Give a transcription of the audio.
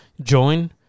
join